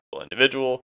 individual